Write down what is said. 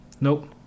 Nope